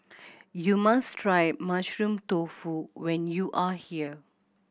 you must try Mushroom Tofu when you are here